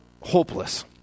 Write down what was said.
hopeless